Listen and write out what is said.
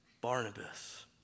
Barnabas